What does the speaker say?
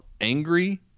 angry